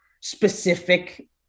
specific